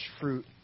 fruit